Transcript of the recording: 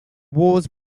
wars